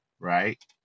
right